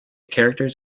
characters